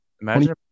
Imagine